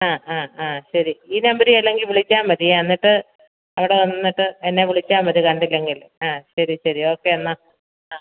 ആ ആ ആ ശരി ഈ നമ്പര് അല്ലെങ്കിൽ വിളിച്ചാൽ മതിയേ അന്നിട്ട് അവിടെ വന്നിട്ട് എന്നെ വിളിച്ചാൽ മതി കണ്ടില്ലെങ്കിൽ ആ ശരി ശരി ഓക്കെ എന്നാൽ ആ